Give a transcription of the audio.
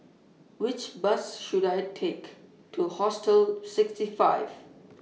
Which Bus should I Take to Hostel sixty five